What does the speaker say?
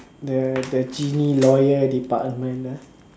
the the genie lawyer department lah